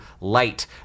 light